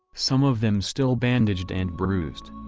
some of them still bandaged and bruised.